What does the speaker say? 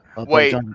Wait